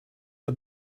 for